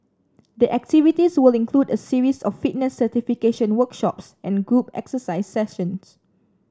the activities will include a series of fitness certification workshops and group exercise sessions